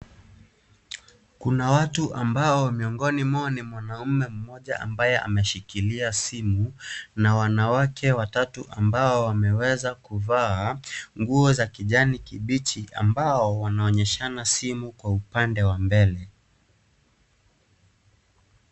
Kuna watu ambao miongoni mwao ni mwanaume mmoja ambaye ameshikilia simu, na wanawake watatu ambao wameweza kuvaa nguo za kijani kimbichi ambao wanaonyeshana simu kwa upande wa mbele.